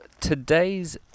today's